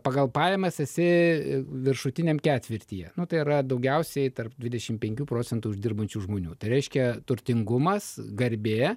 pagal pajamas esi viršutiniam ketvirtyje nu tai yra daugiausiai tarp dvidešimt penkių procentų uždirbančių žmonių tai reiškia turtingumas garbė